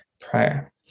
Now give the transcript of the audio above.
prior